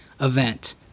event